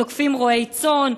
תוקפים רועי צאן,